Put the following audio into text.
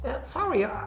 Sorry